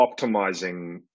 optimizing